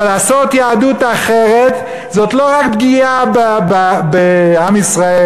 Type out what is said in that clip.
אבל לעשות יהדות אחרת זאת לא רק פגיעה בעם ישראל,